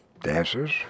dancers